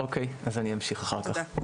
אוקי, אז אני אמשיך אחר כך.